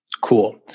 Cool